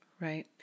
Right